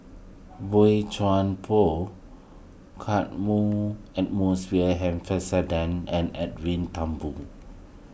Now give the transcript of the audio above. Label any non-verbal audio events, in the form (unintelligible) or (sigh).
Boey Chuan Poh (unintelligible) and (unintelligible) Shepherdson and Edwin Thumboo